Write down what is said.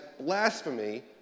blasphemy